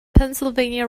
pennsylvania